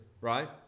right